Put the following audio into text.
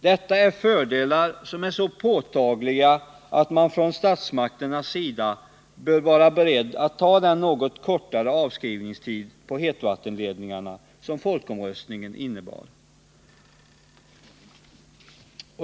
Detta är fördelar som är så påtagliga att man från statsmakternas sida bör vara beredd att välja den något kortare avskrivningstid på hetvattenledningarna som folkomröstningen innebar.